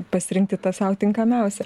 pasirinkti tą sau tinkamiausią